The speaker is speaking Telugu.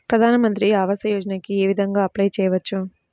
ప్రధాన మంత్రి ఆవాసయోజనకి ఏ విధంగా అప్లే చెయ్యవచ్చు?